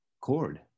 cord